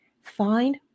Find